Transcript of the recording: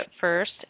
first